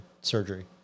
surgery